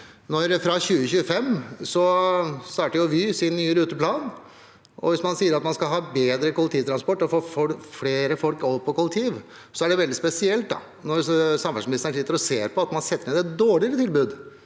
Fra 2025 starter Vys nye ruteplan. Hvis man sier at man skal ha bedre kollektivtransport og få flere folk over på kollektiv, er det veldig spesielt at samferdselsministeren sitter og ser på at man setter inn et dårligere tilbud.